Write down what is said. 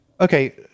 Okay